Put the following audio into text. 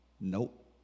Nope